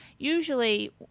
usually